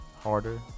harder